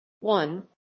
One